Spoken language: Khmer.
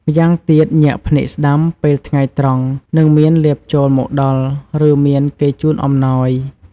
ម្យ៉ាងទៀត ញាក់ភ្នែកស្តាំ ពេលថ្ងៃត្រង់ នឹងមានលាភចូលមកដល់ ឬមានគេជូនអំណោយ។